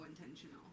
intentional